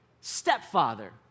stepfather